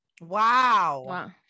wow